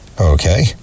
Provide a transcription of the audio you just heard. Okay